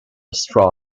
straw